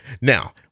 Now